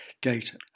gate